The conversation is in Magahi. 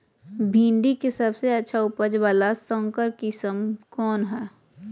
भिंडी के सबसे अच्छा उपज वाला संकर किस्म कौन है?